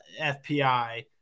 FPI